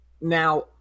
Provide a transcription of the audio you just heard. Now